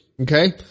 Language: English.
okay